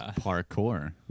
parkour